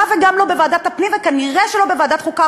וגם לא בוועדת הפנים וכנראה לא בוועדת החוקה,